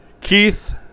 Keith